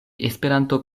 esperanto